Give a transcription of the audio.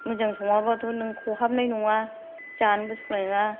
मोजां सङाबाथ नों खहाबनाय नङा जानोबो सुखुनाय नङा